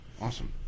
awesome